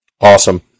Awesome